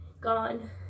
Gone